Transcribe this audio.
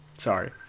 Sorry